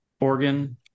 organ